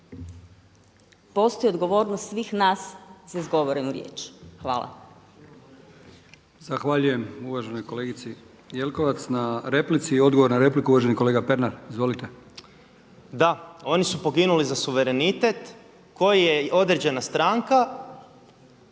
Postoji odgovornost svih nas za izgovorenu riječ. Hvala. **Brkić, Milijan (HDZ)** Zahvaljujem uvaženoj kolegici Jelkovac na replici. Odgovor na repliku uvaženi kolega Pernar, izvolite. **Pernar, Ivan (Abeceda)** Da, oni su poginuli za suverenitet koji je određena stranka